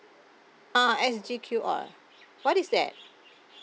uh S_G_Q_R what is that